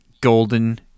golden